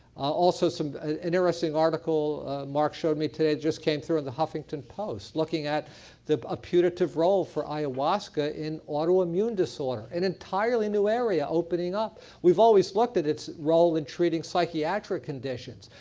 also some interesting articles mark showed me today just came through in the huffington post looking at a punitive role for ayahuasca in autoimmune disorder, an entirely new area opening up. we've always looked at its role in treating psychiatric conditions,